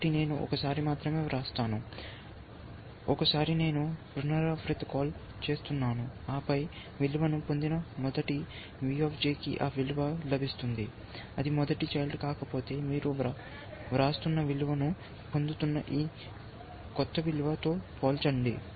కాబట్టి నేను ఒక్కసారి మాత్రమే వ్రాస్తున్నాను ఒకసారి నేను పునరావృత కాల్ చేస్తున్నాను ఆపై విలువను పొందిన మొదటి VJ కి ఆ విలువ లభిస్తుంది అది మొదటి చైల్డ్ కాకపోతే మీరు ప్రస్తుత విలువ ను పొందుతున్న ఈ క్రొత్త విలువ తో పోల్చండి